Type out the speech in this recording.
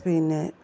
പിന്നെ